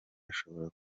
ashobora